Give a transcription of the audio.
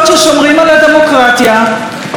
שתעדיף רבנים קיצוניים,